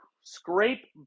scrape